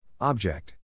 Object